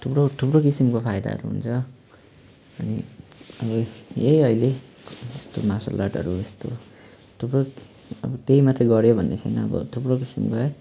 थुप्रो थुप्रो किसिमको फाइदाहरू हुन्छ अनि अब यही अहिले त्यस्तो मार्सल आर्टहरू यस्तो थुप्रो अब त्यही मात्रै गऱ्यो भन्ने छैन अब थुप्रो किसिमको है